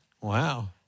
Wow